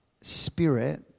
Spirit